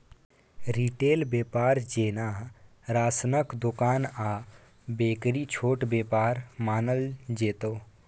retail बेपार जेना राशनक दोकान आ बेकरी छोट बेपार मानल जेतै